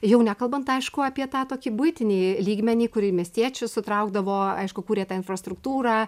jau nekalbant aišku apie tą tokį buitinį lygmenį kur ir miestiečius sutraukdavo aišku kūrė tą infrastruktūrą